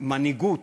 מנהיגות